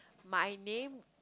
my name